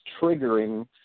triggering